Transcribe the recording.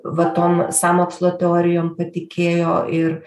va tom sąmokslo teorijom patikėjo ir